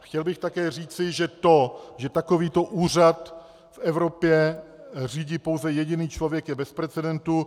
Chtěl bych také říci, že to, že takovýto úřad v Evropě řídí pouze jediný člověk, je bez precedentu.